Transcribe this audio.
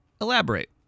Elaborate